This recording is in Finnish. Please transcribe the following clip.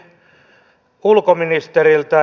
kysynkin ulkoministeriltä